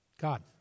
God